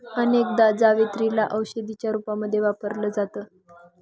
अनेकदा जावेत्री ला औषधीच्या रूपामध्ये वापरल जात